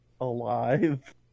alive